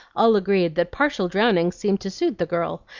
all agreed that partial drowning seemed to suit the girl,